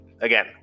again